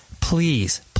please